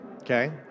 Okay